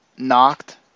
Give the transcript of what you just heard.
knocked